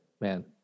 man